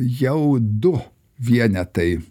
jau du vienetai